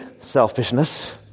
selfishness